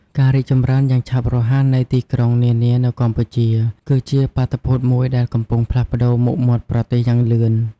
ការរីកចម្រើនយ៉ាងឆាប់រហ័សនៃទីក្រុងនានានៅកម្ពុជា គឺជាបាតុភូតមួយដែលកំពុងផ្លាស់ប្ដូរមុខមាត់ប្រទេសយ៉ាងលឿន។